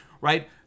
right